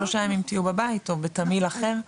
שלושה ימים תהיו בבית או בתמהיל אחר.